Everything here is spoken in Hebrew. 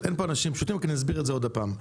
אין פה אנשים פשוטים אבל אסביר שוב.